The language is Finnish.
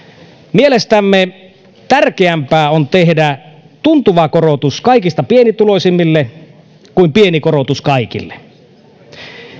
mielestämme tärkeämpää on tehdä tuntuva korotus kaikista pienituloisimmille kuin pieni korotus kaikille